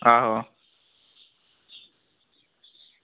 आहो